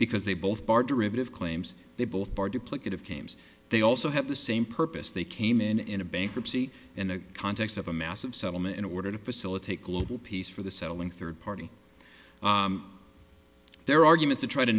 because they both bar derivative claims they both are duplicative cames they also have the same purpose they came in in a bankruptcy in the context of a massive settlement in order to facilitate global peace for the settling third party their argument to try to